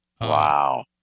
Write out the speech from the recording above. Wow